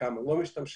חלקם לא משתמשים,